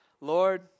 Lord